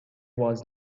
was